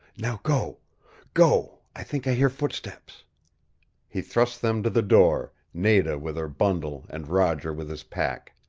now go go! i think i hear footsteps he thrust them to the door, nada with her bundle and roger with his pack.